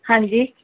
ਹਾਂਜੀ